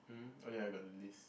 mm oh ya you got the list